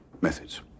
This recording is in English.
methods